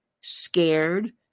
scared